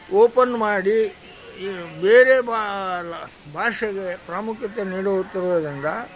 open ಮಾಡಿ ಬೇರೆ ಬಾ ಲ ಭಾಷೆಗೆ ಪ್ರಾಮುಖ್ಯತೆ ನೀಡುತ್ತಿರುವುದರಿಂದ